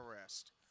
arrest